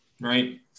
right